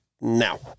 now